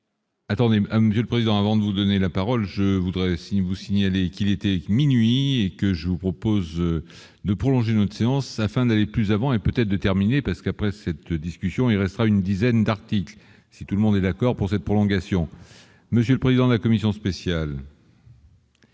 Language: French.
Attendez à monsieur le président, avant de vous donner la parole, je voudrais aussi vous signaler qu'il était minuit et que je vous propose de prolonger notre séance afin d'aller plus avant et peut-être terminer parce qu'après cette discussion, il restera une dizaine d'articles, si tout le monde est d'accord pour cette prolongation, monsieur le président, la commission spéciale.